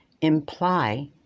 imply